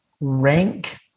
rank